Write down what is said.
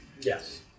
Yes